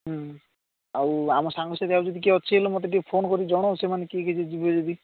ହୁଁ ଆଉ ଆମ ସାଙ୍ଗସାଥି ଆଉ ଯଦି କିଏ ଅଛି ହେଲେ ମୋତେ ଟିକିଏ ଫୋନ୍ କରିକି ଜଣାଅ ସେମାନେ କିଏ କିଏ ଯଦି ଯିବେ ଯଦି